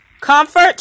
comfort